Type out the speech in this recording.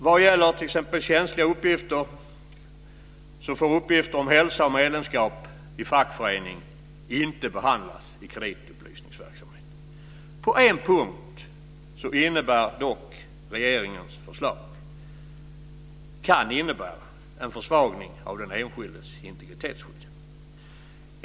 Vad gäller t.ex. känsliga uppgifter får uppgifter om hälsa och medlemskap i fackförening inte behandlas i kreditupplysningsverksamhet. På en punkt kan dock regeringens förslag innebära en försvagning av den enskildes integritetsskydd.